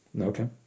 Okay